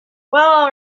all